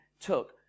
took